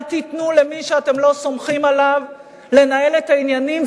אל תיתנו למי שאתם לא סומכים עליו לנהל את העניינים,